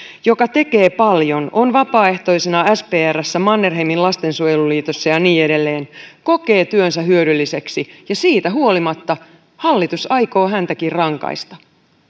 joka tekee paljon on vapaaehtoisena sprssä mannerheimin lastensuojeluliitossa ja ja niin edelleen ja kokee työnsä hyödylliseksi ja siitä huolimatta hallitus aikoo häntäkin rangaista